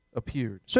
appeared